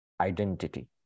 identity